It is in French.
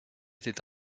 était